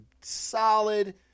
solid